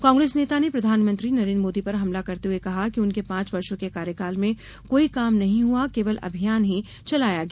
कांग्रेस नेता ने प्रधानमंत्री नरेन्द्र मोदी पर हमला करते हुए कहा कि उनके पांच वर्षो के कार्यकाल में कोई काम नहीं हुआ केवल अभियान ही चलाया गया